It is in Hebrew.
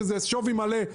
שהיא שווי מלא.